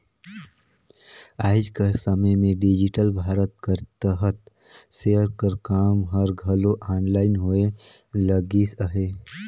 आएज कर समे में डिजिटल भारत कर तहत सेयर कर काम हर घलो आनलाईन होए लगिस अहे